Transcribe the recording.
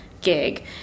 gig